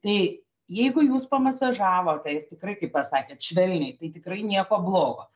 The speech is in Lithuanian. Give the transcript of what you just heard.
tai jeigu jūs pamasažavot tai tikrai kaip pasakėt švelniai tai tikrai nieko blogo